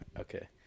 Okay